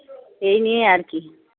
এই নিয়ে আর কী